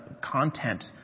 content